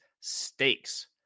Stakes